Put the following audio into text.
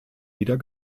wieder